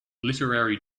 literary